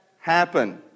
happen